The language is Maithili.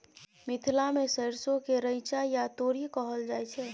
मिथिला मे सरिसो केँ रैचा या तोरी कहल जाइ छै